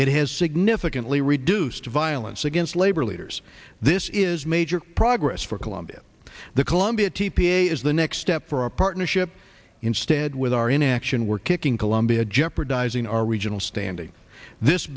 it has significantly reduced violence against labor leaders this is major progress for colombia the colombia t p a is the next step for our partnership instead with our inaction we're kicking colombia jeopardizing our regional standing this